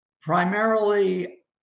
primarily